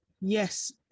yes